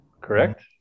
correct